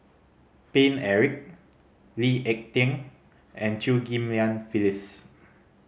Paine Eric Lee Ek Tieng and Chew Ghim Lian Phyllis